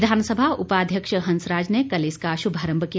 विधानसभा उपाध्यक्ष हंसराज ने कल इसका श्भारम्भ किया